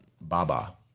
BABA